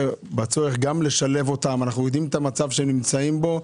בצורך לשלבם אנו יודעים את המצב שהם נמצאים בו.